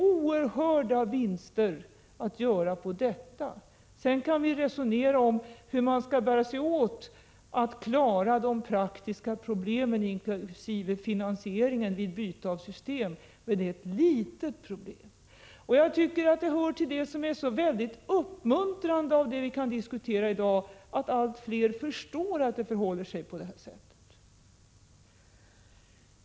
Härigenom kan man göra oerhörda vinster. Sedan kan vi resonera om hur man skall bära sig åt för att klara de praktiska problemen inkl. finansieringen vid byte av system. Men det är små problem. Det hör till det väldigt uppmuntrande i det som vi i dag diskuterar att allt flera förstår att det förhåller sig på detta sätt.